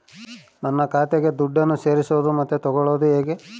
ನನ್ನ ಖಾತೆಗೆ ದುಡ್ಡನ್ನು ಸೇರಿಸೋದು ಮತ್ತೆ ತಗೊಳ್ಳೋದು ಹೇಗೆ?